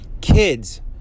Kids